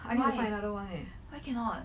why why cannot